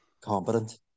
competent